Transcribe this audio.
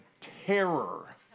terror